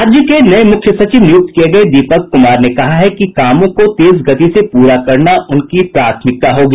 राज्य के नये मूख्य सचिव नियुक्त किये गये दीपक कुमार ने कहा है कि कामों को तेज गति से पूरा करना उनकी प्राथमिकता होगी